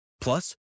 Plus